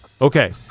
Okay